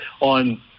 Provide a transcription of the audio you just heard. on